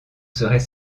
serait